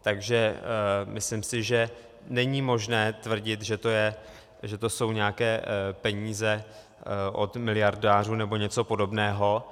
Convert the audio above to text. Takže myslím, že není možné tvrdit, že to jsou nějaké peníze od miliardářů nebo něco podobného.